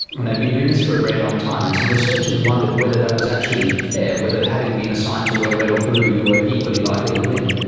and they've been doing this for a very long time. and some researchers wondered whether that was actually fair, whether having been assigned to wear red or blue you were equally likely to win.